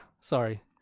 sorry